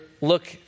look